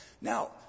Now